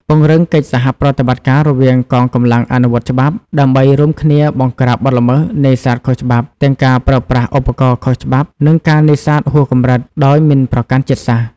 ពង្រឹងកិច្ចសហប្រតិបត្តិការរវាងកងកម្លាំងអនុវត្តច្បាប់ ដើម្បីរួមគ្នាបង្ក្រាបបទល្មើសនេសាទខុសច្បាប់ ទាំងការប្រើប្រាស់ឧបករណ៍ខុសច្បាប់ និងការនេសាទហួសកម្រិត ដោយមិនប្រកាន់ជាតិសាសន៍។